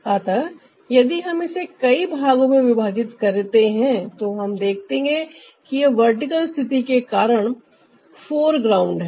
अतः यदि हम इसे कई भागों में विभाजित करते हैं तो हम देखेंगे यह वर्टिकल स्थिति के कारण फोरग्राउंड है